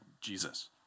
Jesus